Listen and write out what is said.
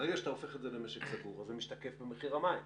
ברגע שאתה הופך את זה למשק סגור זה משתקף במחיר המים.